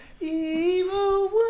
Evil